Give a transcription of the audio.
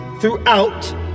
throughout